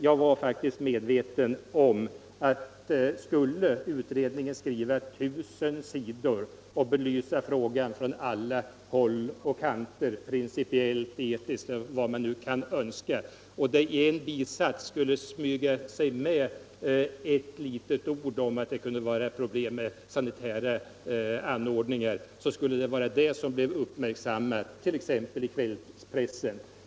Jag fruktade faktiskt att om utredningen skulle skriva 1 000 sidor och belysa frågan från alla håll och kanter — principiellt, etiskt och hur man nu kan önska — och det i en bisats skulle slinka in ett litet ord om att det kunde vara problem med sanitära anordningar, så skulle det vara det som blev uppmärksammat t.ex. i kvällspressen.